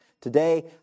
today